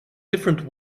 different